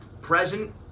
Present